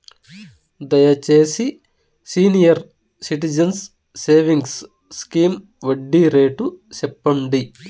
దయచేసి senior citizens savings scheme వడ్డీ rate సెప్పండి